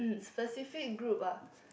specific group ah